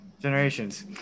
Generations